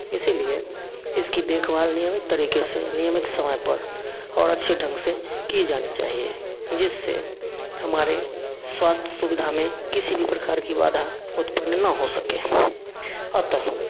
इसीलिए इसकी देखभाल नियमित तरीके से नियमित समय पर और अच्छे ढंग से की जानी चाहिए जिससे हमारे स्वास्थ्य सुविधा में किसी भी प्रकार की बाधा उत्पन्न ना हो सके अतः